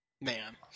man